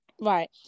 Right